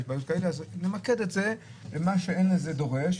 אז נמקד את זה במה שאין לזה אבא,